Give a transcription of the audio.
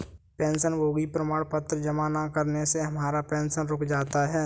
पेंशनभोगी प्रमाण पत्र जमा न करने से हमारा पेंशन रुक जाता है